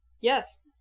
Yes